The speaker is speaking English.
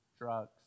drugs